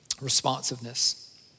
Responsiveness